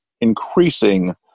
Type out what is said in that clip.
increasing